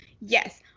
Yes